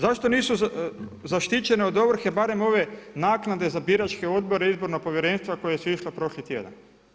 Zašto nisu zaštićene od ovrhe barem ove naknade za biračke odbore, izborna povjerenstva koje su išle prošli tjedan?